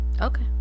okay